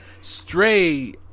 stray